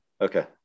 Okay